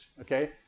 okay